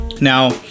Now